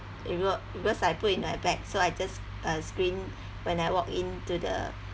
work because I put in my bag so I just uh screen when I walk into the